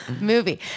movie